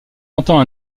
entend